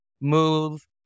move